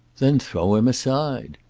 then throw him aside.